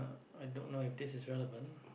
i don't know if this is relevant